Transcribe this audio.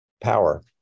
power